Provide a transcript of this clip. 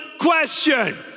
question